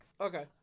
Okay